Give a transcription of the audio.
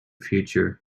future